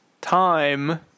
time